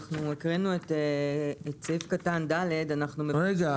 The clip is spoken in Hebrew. אנחנו הקראנו את סעיף קטן (ד) --- רגע,